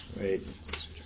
Wait